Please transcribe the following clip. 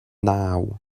naw